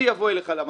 אנחנו נבוא למחסן,